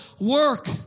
work